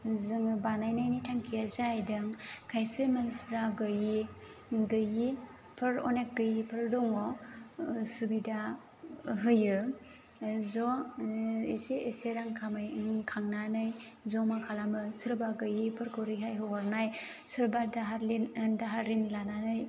जोङो बानायनानि थांखिया जाहैदों खायसे मानसिफ्रा गोयि गोयिफोर अनेक गोयिफोर दङ सुबिदा होयो ज' एसे एसे रां खामाय खांनानै जमा खालामो सोरबा गोयिफोरखौ रेहाय होहरनाय सोरबा दाहार रिन दाहार रिन लानानै